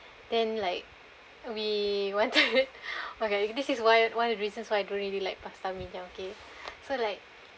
then like we went to it okay this is why one of the reasons why I don't really like pastamania okay so like